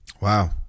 Wow